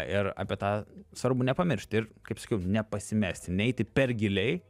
ir apie tą svarbu nepamiršti ir kaip sakiau nepasimesti neiti per giliai